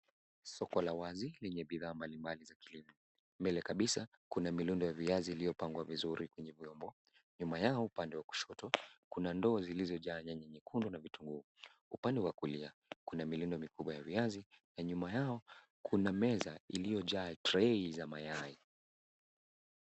Soko la wazi lenye bidhaa mbalimbali za kilimo, mbele kabisa kuna milundo ya viazi iliopangwa vizuri kwenye vyombo, nyuma yao, upande wa kushoto kuna ndoo zilizojaa nyanya nyekundu, na vitunguu. Upande wa kulia kuna milundo mikubwa ya viazi, na nyuma yao, kuna meza, iliyojaa treyi za mayai.